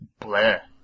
bleh